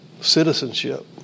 Citizenship